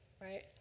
right